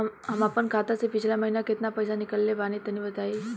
हम आपन खाता से पिछला महीना केतना पईसा निकलने बानि तनि बताईं?